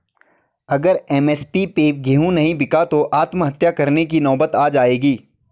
अगर एम.एस.पी पे गेंहू नहीं बिका तो आत्महत्या करने की नौबत आ जाएगी